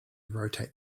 rotate